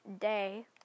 day